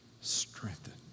strengthened